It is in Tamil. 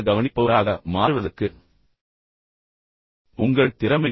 சுறுசுறுப்பான கேட்பவராக மாறுவதற்கான உங்கள் திறன்கள்